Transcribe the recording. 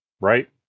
right